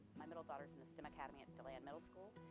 my middle daughter's in the stem academy at deland middle school,